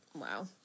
wow